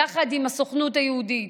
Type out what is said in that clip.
יחד עם הסוכנות היהודית,